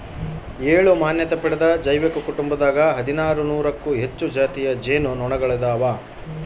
ಏಳು ಮಾನ್ಯತೆ ಪಡೆದ ಜೈವಿಕ ಕುಟುಂಬದಾಗ ಹದಿನಾರು ನೂರಕ್ಕೂ ಹೆಚ್ಚು ಜಾತಿಯ ಜೇನು ನೊಣಗಳಿದಾವ